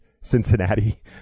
Cincinnati